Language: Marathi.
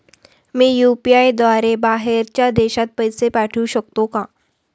मी यु.पी.आय द्वारे बाहेरच्या देशात पैसे पाठवू शकतो का?